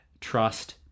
trust